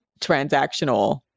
transactional